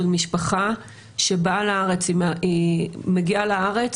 של משפחה שמגיעה לארץ.